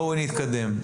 בשורה השנייה